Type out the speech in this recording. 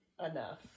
Enough